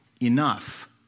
enough